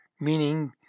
meaning